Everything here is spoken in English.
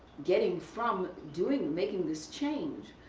getting from doing, making this change.